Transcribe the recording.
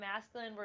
masculine